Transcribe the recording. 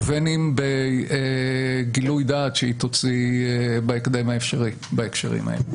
ובין אם בגילוי דעת שהיא תוציא בהקדם האפשרי בהקשרים ההם.